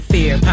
Fear